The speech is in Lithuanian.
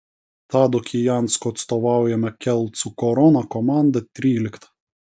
tado kijansko atstovaujama kelcų korona komanda trylikta